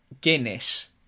Guinness